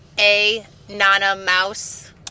A-nana-mouse